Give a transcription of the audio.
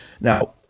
now